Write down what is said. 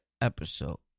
episode